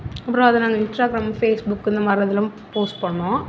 அப்புறம் அதை நாங்கள் இன்ஸ்டாக்ராமு ஃபேஸ் புக்கு இந்த மாதிரி இதில் போஸ்ட் பண்ணிணோம்